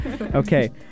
Okay